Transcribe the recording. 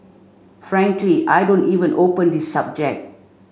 frankly I don't even open this subject